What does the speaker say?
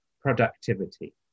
productivity